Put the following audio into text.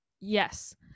Yes